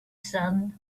sun